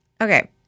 Okay